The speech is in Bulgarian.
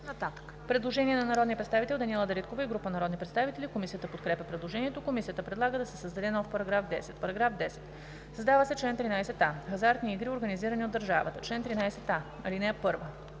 Предложение на народния представител Даниела Дариткова и група народни представители. Комисията подкрепя предложението. Комисията предлага да се създаде нов § 10: „§ 10. Създава се чл. 13а: „Хазартни игри, организирани от държавата Чл. 13а. (1)